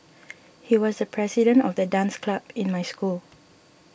he was the president of the dance club in my school